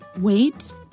Wait